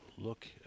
Look